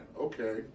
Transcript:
Okay